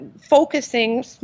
focusing